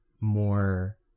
more